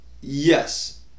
yes